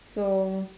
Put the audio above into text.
so